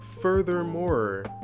Furthermore